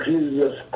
Jesus